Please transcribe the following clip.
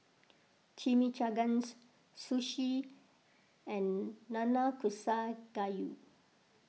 Chimichangas Sushi and Nanakusa Gayu